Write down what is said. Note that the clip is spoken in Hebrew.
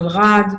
מלר"ד,